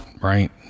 Right